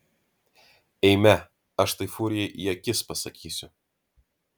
eime aš tai furijai į akis pasakysiu